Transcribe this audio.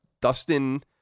Dustin